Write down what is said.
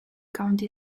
county